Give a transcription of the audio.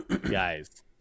Guys